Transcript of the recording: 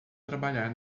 trabalhar